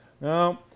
No